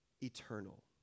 eternal